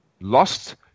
lost